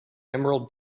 emerald